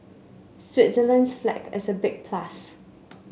Switzerland's flag is a big plus